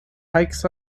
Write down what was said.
hikes